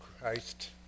Christ